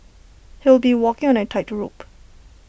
he'll be walking on A tightrope